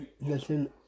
listen